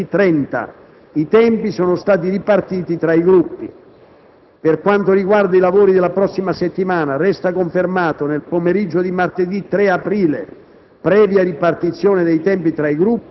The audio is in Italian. con prosieguo nella giornata di venerdì 30. I tempi sono stati ripartiti tra i Gruppi. Per quanto riguarda i lavori della prossima settimana, resta confermato nel pomeriggio di martedì 3 aprile,